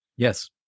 Yes